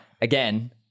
again